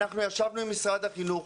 אנחנו ישבנו עם משרד החינוך,